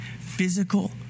physical